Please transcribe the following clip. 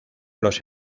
los